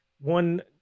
one